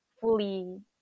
fully